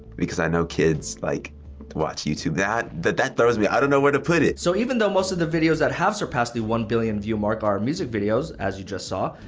because i know kids like watch youtube, but that that throws me, i don't know where to put it. so even though most of the videos that have surpassed the one billion view mark are music videos, as you just saw,